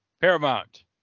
Paramount